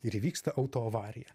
ir įvyksta autoavarija